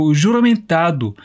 juramentado